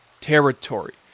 territory